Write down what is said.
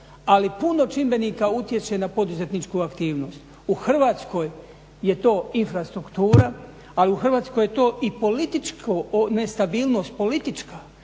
Ali puno čimbenika utječe na poduzetničku aktivnost. U Hrvatskoj je to infrastruktura, ali u Hrvatskoj je to i političko nestabilnost politička.